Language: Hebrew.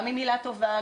גם עם מילה טובה,